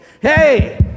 Hey